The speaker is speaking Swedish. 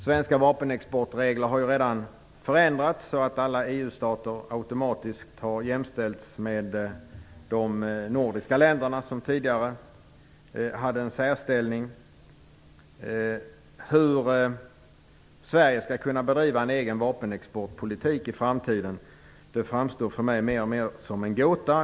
Svenska vapenexportregler har redan förändrats så att alla EU-stater automatiskt har jämställts med de nordiska länderna, som tidigare hade en särställning. Hur Sverige skall kunna bedriva en egen vapenexportpolitik i framtiden framstår för mig mer och mer som en gåta.